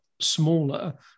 smaller